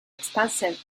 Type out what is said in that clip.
expensive